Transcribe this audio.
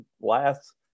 last